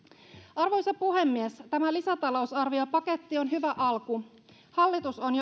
arvoisa puhemies tämä lisätalousarviopaketti on hyvä alku hallitus on